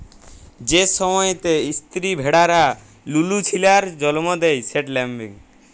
যে সময়তে ইস্তিরি ভেড়ারা লুলু ছিলার জল্ম দেয় সেট ল্যাম্বিং